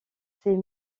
ses